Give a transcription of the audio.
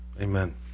Amen